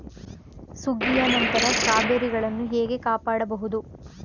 ಸುಗ್ಗಿಯ ನಂತರ ಸ್ಟ್ರಾಬೆರಿಗಳನ್ನು ಹೇಗೆ ಕಾಪಾಡ ಬಹುದು?